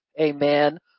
amen